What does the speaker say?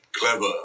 clever